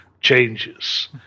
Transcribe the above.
changes